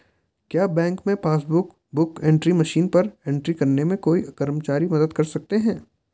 क्या बैंक में passbook book entry machine पर एंट्री करने में कोई कर्मचारी मदद कर सकते हैं?